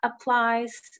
applies